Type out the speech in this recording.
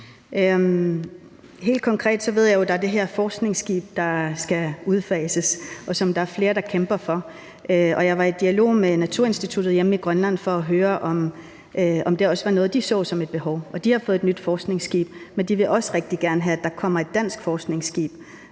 Helt konkret ved jeg jo, at der er det her forskningsskib, der skal udfases, og som der er flere, der kæmper for. Jeg var i dialog med Naturinstituttet hjemme i Grønland for at høre, om det også var noget, som de så som et behov. De har fået et nyt forskningsskib, men de vil også rigtig gerne have, at der kommer et dansk forskningsskib,